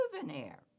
souvenir